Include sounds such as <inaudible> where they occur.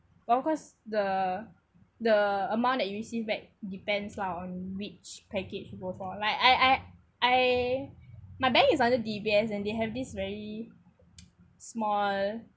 well cause the the amount that you receive back depends lah on which package you go for like I I I my bank is under D_B_S and they have this very <noise> small